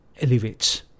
elevates